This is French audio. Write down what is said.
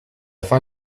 fin